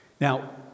Now